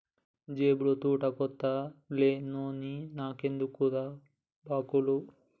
జేబుల తూటుకొత్త లేనోన్ని నాకెందుకుర్రా బాంకులు